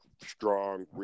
strong